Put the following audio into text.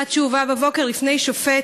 עד שהובא בבוקר בפני שופט,